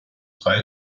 drei